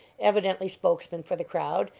evidently spokesman for the crowd,